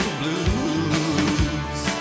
blues